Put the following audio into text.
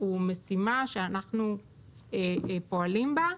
משימה שאנחנו פועלים בה,